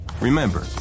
Remember